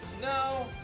No